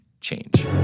change